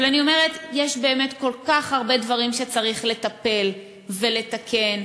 אבל אני אומרת שיש באמת כל כך הרבה דברים שצריך לטפל בהם ולתקן,